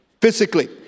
physically